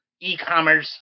e-commerce